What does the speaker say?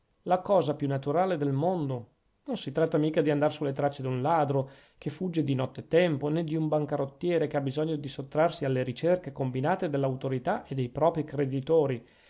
la cosa più naturale del mondo non si tratta mica di andar sulle traccie d'un ladro che fugge di nottetempo nè d'un bancarottiere che ha bisogno di sottrarsi alle ricerche combinate dell'autorità e dei proprii creditori